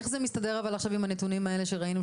איך זה מסתדר אבל עכשיו עם הנתונים האלה שראינו,